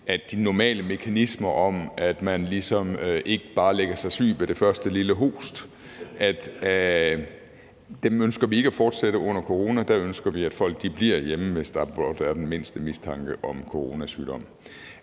de normale mekanismer, altså at man ikke bare lægger sig syg ved det første lille host, skal fortsætte under corona; der ønsker vi, at folk bliver hjemme, hvis der blot er den mindste mistanke om coronasygdom.